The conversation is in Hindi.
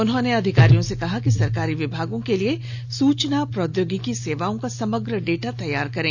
उन्होंने अधिकारियों से कहा कि सरकारी विभागों के लिए सुचना प्रौद्योगिकी सेवाओं का समग्र डेटा तैयार करे